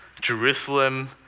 Jerusalem